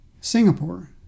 Singapore